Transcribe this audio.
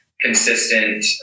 consistent